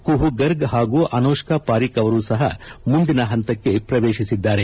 ಕುಹೂ ಗರ್ಗ್ ಹಾಗೂ ಅನೌಷ್ಟ ಪಾರಿಕ್ ಅವರು ಸಹ ಮುಂದಿನ ಹಂತಕ್ಕೆ ಪ್ರವೇಶಿಸಿದ್ದಾರೆ